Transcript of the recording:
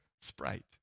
Sprite